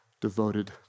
devoted